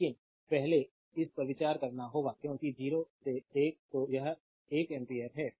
लेकिन पहले इस पर विचार करना होगा क्योंकि 0 से 1 तो यह एक एम्पियर है